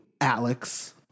Alex